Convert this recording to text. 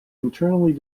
internally